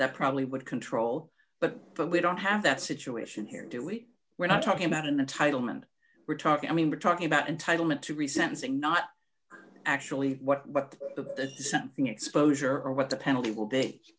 that probably would control but but we don't have that situation here do we we're not talking about in the title mint we're talking i mean we're talking about entitlement to resentencing not actually what the something exposure or what the penalty will